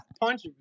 punch